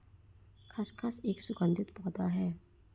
खसखस एक सुगंधित पौधा है